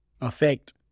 affect